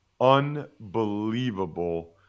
Unbelievable